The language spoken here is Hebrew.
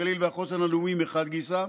הגליל והחוסן הלאומי מחד גיסא,